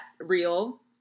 real